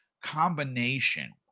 combination